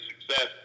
success